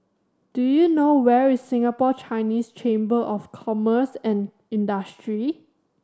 do you know where is Singapore Chinese Chamber of Commerce and Industry